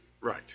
Right